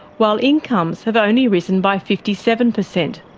while incomes have only risen by fifty seven percent.